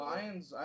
Lions